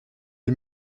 est